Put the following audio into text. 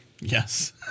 Yes